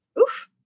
oof